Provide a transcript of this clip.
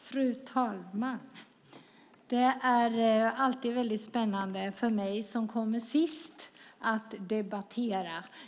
Fru talman! Det är alltid väldigt spännande för mig som kommer sist att debattera.